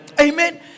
Amen